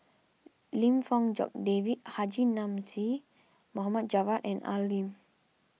Lim Fong Jock David Haji Namazie Mohd Javad and Al Lim